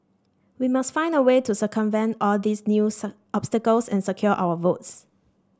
we must find a way to circumvent all these new obstacles and secure our votes